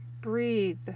breathe